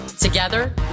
Together